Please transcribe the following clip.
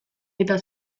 eta